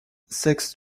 sex